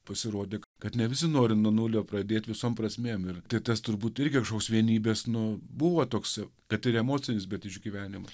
pasirodė kad ne visi nori nuo nulio pradėt visom prasmėm ir tai tas turbūt irgi kažkoks vienybės nu buvo toks kad ir emocinis bet išgyvenimas